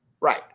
Right